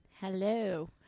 Hello